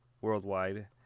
worldwide